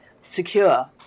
secure